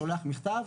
שולח מכתב,